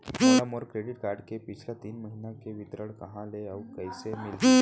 मोला मोर credit card के पिछला तीन महीना के विवरण कहाँ ले अऊ कइसे मिलही?